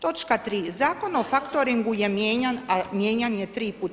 Točka 3. Zakon o faktoringu je mijenjan a mijenjan je tri puta.